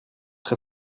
très